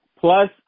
Plus